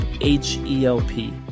H-E-L-P